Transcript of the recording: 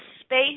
space